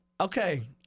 Okay